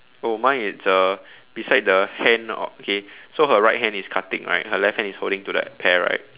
oh mine it's a beside the hand okay so her right hand is cutting right her left hand is holding to that pear right